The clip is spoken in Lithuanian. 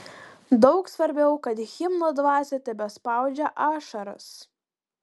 daug svarbiau kad himno dvasia tebespaudžia ašaras